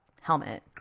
helmet